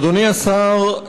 אדוני השר,